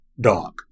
dog